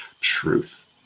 truth